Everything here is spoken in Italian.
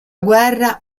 guerra